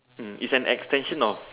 um it's an extension of